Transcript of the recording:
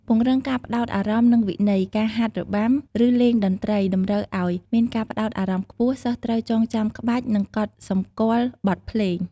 ពង្រឹងការផ្តោតអារម្មណ៍ និងវិន័យ ការហាត់របាំ ឬលេងតន្ត្រី តម្រូវឱ្យមានការផ្តោតអារម្មណ៍ខ្ពស់ សិស្សត្រូវចងចាំក្បាច់ និងកត់សម្គាល់បទភ្លេង។